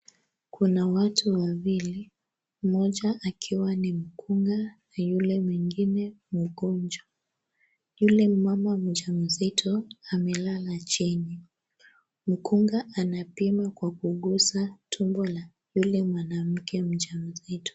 Kuna watu wawili mmoja akiwa ni mkunga na yule mwingine mgonjwa. Yule ni mama mjamzito amelala chini. Mkunga anapima kwa kugusa tumbo la ule mwanamke mjamzito.